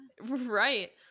Right